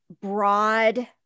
broad